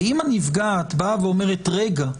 אם הנפגעת אומרת: רגע,